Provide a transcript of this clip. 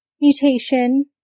mutation